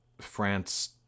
France-